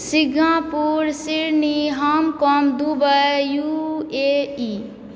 Singapore सिरनी Hong Kong Dubai U A E